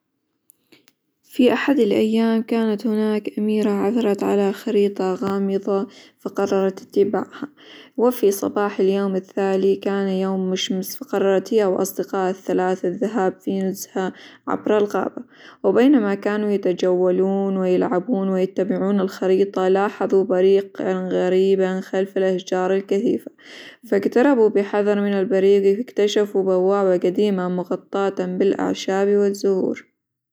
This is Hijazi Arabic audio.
في أحد الأيام كانت هناك أميرة عثرت على خريطة غامظة فقررت اتباعها، وفي صباح اليوم التالي كان يوم مشمس؛ فقررت هي وأصدقائها الثلاثة الذهاب في نزهة عبر الغابة، وبينما كانوا يتجولون، ويلعبون، ويتبعون الخريطة لاحظوا بريقًا غريبًا خلف الأشجار الكثيفة، فاقتربوا بحذر من البريق، اكتشفوا بوابة قديمة مغطاة بالأعشاب، والزهور.